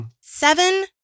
Seven